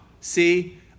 see